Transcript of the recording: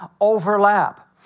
overlap